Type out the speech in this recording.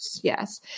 yes